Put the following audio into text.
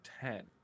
ten